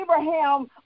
Abraham